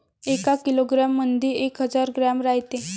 एका किलोग्रॅम मंधी एक हजार ग्रॅम रायते